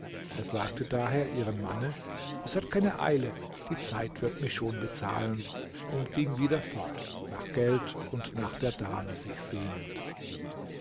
er sagte daher ihrem manne es hat keine eile die zeit wird mich schon bezahlen und ging wieder fort nach geld und nach der dame sich sehnend